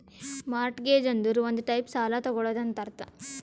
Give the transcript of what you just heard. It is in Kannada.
ಮಾರ್ಟ್ಗೆಜ್ ಅಂದುರ್ ಒಂದ್ ಟೈಪ್ ಸಾಲ ತಗೊಳದಂತ್ ಅರ್ಥ